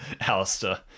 Alistair